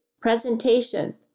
presentation